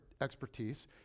expertise